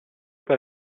per